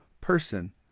person